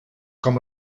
com